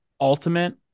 ultimate